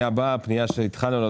רוויזיה.